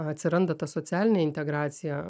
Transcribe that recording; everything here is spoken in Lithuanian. atsiranda ta socialinė integracija